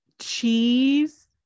cheese